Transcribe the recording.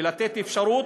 לתת אפשרות,